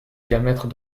diamètres